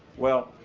well,